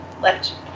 left